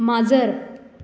माजर